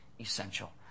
essential